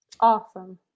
Awesome